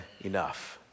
enough